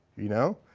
you know?